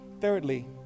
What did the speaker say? Thirdly